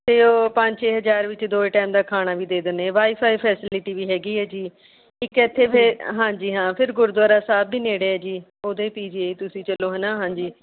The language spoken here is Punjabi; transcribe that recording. ਅਤੇ ਉਹ ਪੰਜ ਛੇ ਹਜ਼ਾਰ ਵਿੱਚ ਦੋਏ ਟਾਈਮ ਦਾ ਖਾਣਾ ਵੀ ਦੇ ਦਿੰਦੇ ਹੈ ਵਾਈ ਫਾਈ ਫੈਸਲਿਟੀ ਵੀ ਹੈਗੀ ਹੈ ਜੀ ਇੱਕ ਇੱਥੇ ਫੇ ਹਾਂਜੀ ਹਾਂ ਫਿਰ ਗੁਰਦੁਆਰਾ ਸਾਹਿਬ ਵੀ ਨੇੜੇ ਹੈ ਜੀ ਉਦੇ ਪੀ ਜੀ ਏ ਤੁਸੀਂ ਚੱਲੋ ਹੈ ਨਾ ਹਾਂਜੀ